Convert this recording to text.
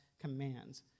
commands